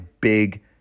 big